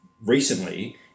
recently